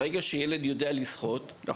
ברגע שילד יודע לשחות,